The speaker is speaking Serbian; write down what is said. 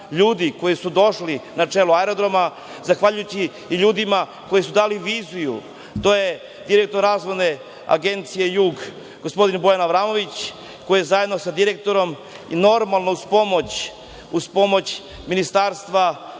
ljudi koji su došli na čelo Aerodroma, zahvaljujući ljudima koji su dali viziju, to je direktor Razvojne agencije „Jug“, gospodin Bojan Avramović, koji je zajedno sa direktorom, i normalno uz pomoć ministarstva